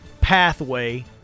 pathway